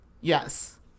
Yes